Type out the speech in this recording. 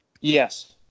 Yes